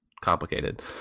complicated